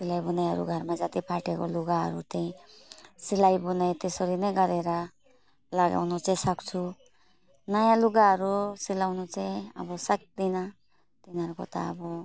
सिलाइ बुनाइहरू घरमा जति फाटेको लुगाहरू त्यही सिलाइ बुनाइ त्यसरी नै गरेर लागाउनु चाहिँ सक्छु नयाँ लुगाहरू अब सिलाउनु चाहिँ अब सक्दिनँ तिनीहरूको त अब